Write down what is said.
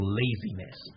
laziness